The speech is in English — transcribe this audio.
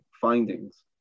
findings